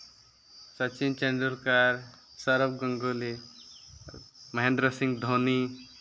Sachin Tendulkar Sourav Ganguly Mahendra Singh Dhoni